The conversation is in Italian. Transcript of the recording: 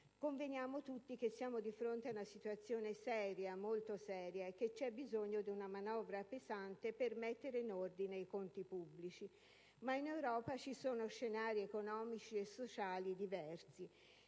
Conveniamo tutti di essere di fronte a una situazione seria, molto seria, e che c'è bisogno di una manovra pesante per mettere in ordine i conti pubblici. Ma in Europa ci sono scenari economici e sociali diversi.